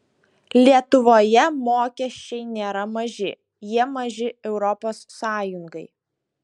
lietuvoje mokesčiai nėra maži jie maži europos sąjungai